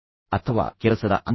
ಹೊಸ ಕೆಲಸ ಅಥವಾ ಕೆಲಸದ ಅಂತ್ಯವೇ